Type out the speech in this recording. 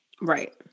right